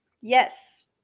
Yes